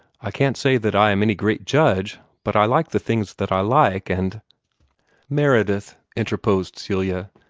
i can't say that i am any great judge but i like the things that i like and meredith, interposed celia,